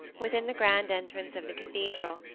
within the grand entrance of the cathedral,